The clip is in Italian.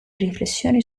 riflessioni